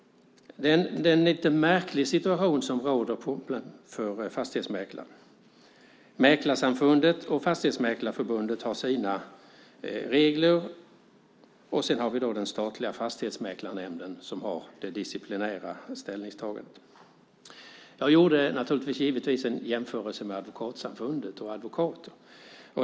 Det är en lite märklig situation som råder för fastighetsmäklare. Mäklarsamfundet och Fastighetsmäklarförbundet har sina regler, och sedan har vi den statliga Fastighetsmäklarnämnden, som har det disciplinära ställningstagandet. Jag gjorde givetvis en jämförelse med Advokatsamfundet och advokaterna.